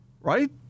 Right